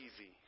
easy